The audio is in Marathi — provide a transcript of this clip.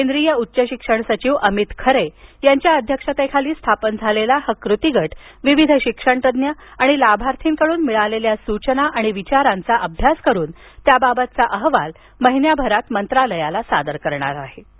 केंद्रीय उच्चशिक्षण सचिव अमित खरे यांच्या अध्यक्षतेखाली स्थापन झालेला हा कृतिगट विविध शिक्षणतज्ज्ञ आणि लाभार्थीकडून मिळालेल्या सूचना आणि विचारांचा अभ्यास करून त्याबाबतचा अहवाल महिन्याभरात मंत्रालयाला सादर करणार आहें